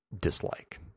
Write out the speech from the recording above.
dislike